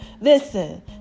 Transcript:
listen